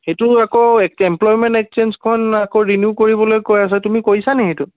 সেইটো আকৌ এম্প্লয়মেণ্ট এক্সচেঞ্জখন আকৌ ৰিনিউ কৰিবলৈ কৈ আছে তুমি কৰিছা নেকি সেইটো